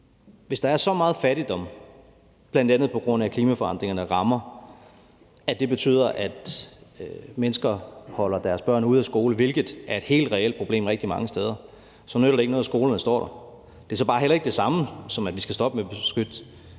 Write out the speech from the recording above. hvis der er så meget fattigdom, bl.a. på grund af at klimaforandringerne rammer, at det betyder, at mennesker holder deres børn ude af skolen, hvilket er et helt reelt problem rigtig mange steder, så nytter det ikke noget, at skolerne står der. Det er så bare heller ikke det samme, som at vi skal stoppe med at støtte